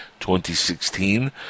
2016